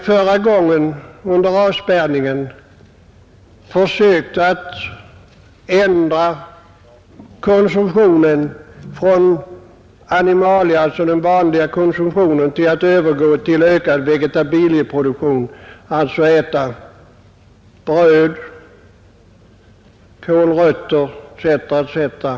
Under den senaste avspärrningen försökte vi ändra på konsumtionen från den vanliga sammansatta konsumtionen till en ökad vegetabilisk konsumtion, alltså i större utsträckning äta bröd, kålrötter osv.